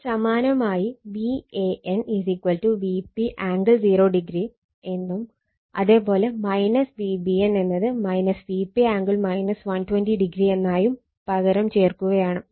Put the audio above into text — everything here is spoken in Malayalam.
ഇനി സമാനമായി Van Vp ആംഗിൾ 0o എന്നും അതേ പോലെ Vbn എന്നത് Vp ആംഗിൾ 120 o എന്നായും പകരം ചേർക്കുകയാണ്